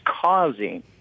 causing